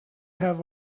have